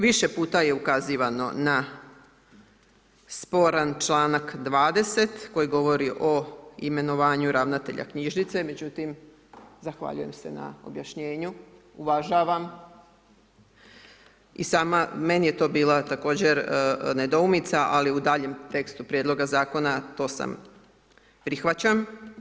Više puta je ukazivano na sporan čl. 20. koji govori o imenovanju ravnatelju knjižnice, međutim zahvaljujem se na objašnjenju, uvažavam i sama, meni je to bila također nedoumica, ali u daljem tekstu Prijedloga Zakona to sam, prihvaćam.